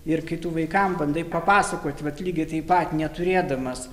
ir kitų vaikam bandai papasakot vat lygiai taip pat neturėdamas